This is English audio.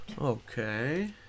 Okay